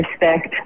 respect